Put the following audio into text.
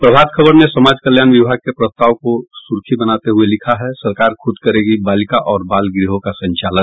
प्रभात खबर ने समाज कल्याण विभाग के प्रस्ताव को सुर्खी बनाते हुये लिखा है सरकार खुद करेगी बालिका और बाल गृहों का संचालन